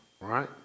right